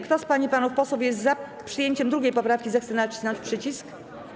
Kto z pań i panów posłów jest za przyjęciem 2. poprawki, zechce nacisnąć przycisk.